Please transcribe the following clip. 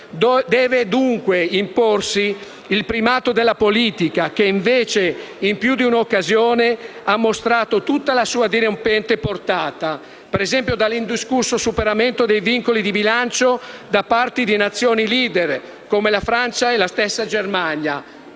Deve dunque imporsi il primato della politica, una politica che invece in più di una occasione ha mostrato tutta la sua dirompente portata: dall'indiscusso superamento dei vincoli di bilancio da parte di Nazioni *leader* (come la Francia e la stessa Germania)